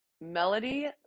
melody